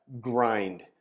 Grind